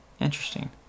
Interesting